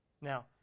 Now